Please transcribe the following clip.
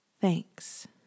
Thanks